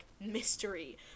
mystery